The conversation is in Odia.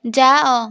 ଯାଅ